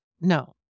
No